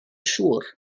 siŵr